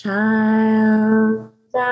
Child